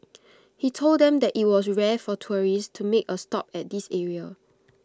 he told them that IT was rare for tourists to make A stop at this area